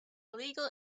illegal